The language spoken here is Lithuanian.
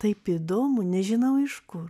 taip įdomu nežinau iš kur